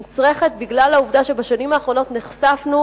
נדרשת בגלל העובדה שבשנים האחרונות נחשפנו